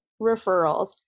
referrals